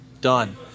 done